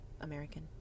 American